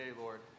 Lord